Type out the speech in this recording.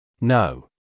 No